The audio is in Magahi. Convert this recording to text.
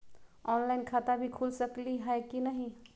ऑनलाइन खाता भी खुल सकली है कि नही?